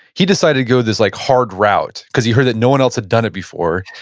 he decided to go this like hard route, because he heard that no one else had done it before,